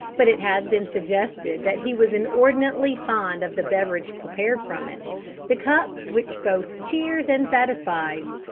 but it has been suggested that he was inordinately fond of the beverage prepared from it the cup which both cheers and satisfies.